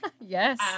Yes